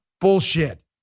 Bullshit